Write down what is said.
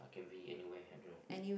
be anywhere I don't know